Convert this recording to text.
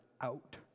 out